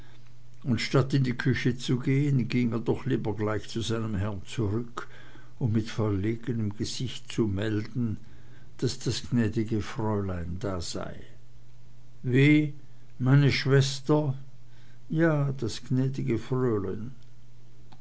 und statt in die küche zu gehen ging er doch lieber gleich zu seinem herrn zurück um mit verlegenem gesicht zu melden daß das gnäd'ge fräulein da sei wie meine schwester ja das gnäd'ge